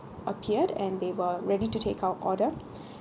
appeared and they were ready to take our order